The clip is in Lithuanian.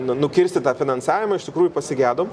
nukirsti tą finansavimą iš tikrųjų pasigedom